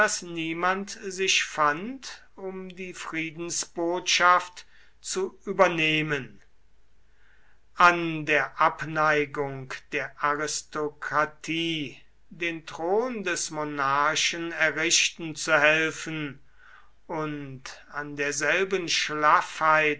niemand sich fand um die friedensbotschaft zu übernehmen an der abneigung der aristokratie den thron des monarchen errichten zu helfen und an derselben schlaffheit